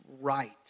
right